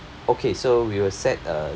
okay so we will set a